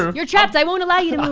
you're trapped, i won't allow you to um